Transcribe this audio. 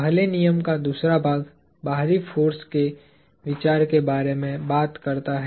पहले नियम का दूसरा भाग बाहरी फोर्स के विचार के बारे में बात करता है